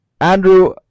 Andrew